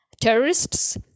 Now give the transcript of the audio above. terrorists